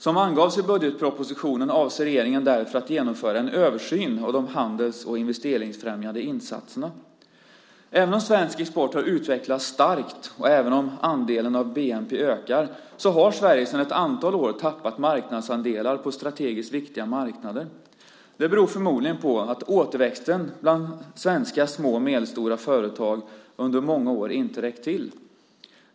Som angavs i budgetpropositionen avser regeringen därför att genomföra en översyn av de handels och investeringsfrämjande insatserna. Även om svensk export har utvecklats starkt, och även om andelen av bnp ökar, har Sverige sedan ett antal år tappat marknadsandelar på strategiskt viktiga marknader. Det beror förmodligen på att återväxten bland svenska små och medelstora företag under många år inte har räckt till.